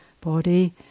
body